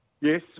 Yes